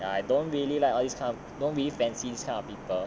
ya I don't really like don't always fancy this kind of people